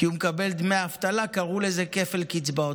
כי הוא מקבל דמי אבטלה, קראו לזה כפל קצבאות.